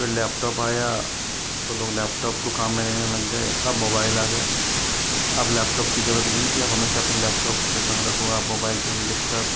फिर लैपटॉप आया तो लोग लैपटॉप को काम में लेने लग गए अब मोबाइल आ गया अब लैपटॉप की ज़रूरत नी है कि अब हमेशा अपन लैपटॉप अपने संग रखो आप मोबाइल पर भी लिखकर